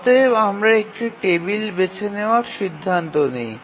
অতএব আমরা একটি টেবিল বেছে নেওয়ার সিদ্ধান্ত নিই